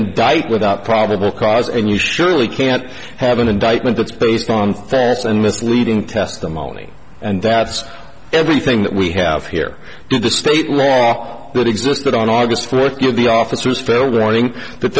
indict without probable cause and you surely can't have an indictment that's based on facts and misleading testimony and that's everything that we have here in the state law that existed on august fourth give the officers fair warning that